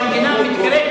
אף-על-פי שהמדינה מתקראת,